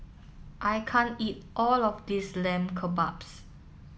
I can't eat all of this Lamb Kebabs